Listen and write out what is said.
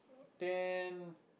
then